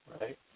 Right